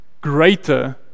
greater